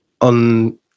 on